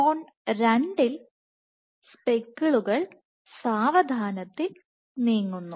zone രണ്ടിൽ സ്പെക്കിളുകൾ സാവധാനത്തിൽ നീങ്ങുന്നു